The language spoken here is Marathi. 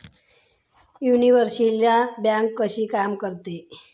युनिव्हर्सल बँक कशी काम करते?